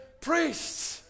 priests